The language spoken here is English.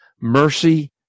mercy